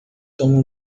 toma